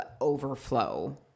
overflow